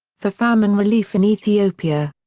for famine relief in ethiopia.